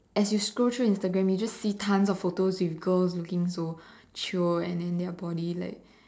as you scroll through Instagram you just see tons of photos with girls looking so chio and then their body like